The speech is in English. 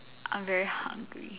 I'm very hungry